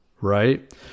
right